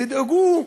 תדאגו,